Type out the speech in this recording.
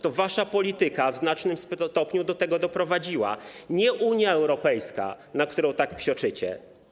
To wasza polityka w znacznym stopniu do tego doprowadziła, nie Unia Europejska, na którą tak psioczycie.